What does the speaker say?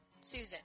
Susan